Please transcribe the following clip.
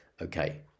Okay